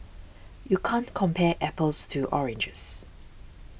you can't compare apples to oranges